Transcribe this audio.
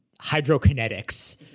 hydrokinetics